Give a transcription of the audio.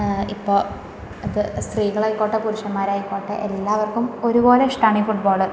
ഇപ്പോൾ അത് സ്ത്രീകളായിക്കോട്ടെ പുരുഷന്മാരായിക്കോട്ടെ എല്ലാവർക്കും ഒരുപോലെ ഇഷ്ടമാണീ ഫുട്ബോള്